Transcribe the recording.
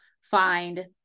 find